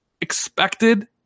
expected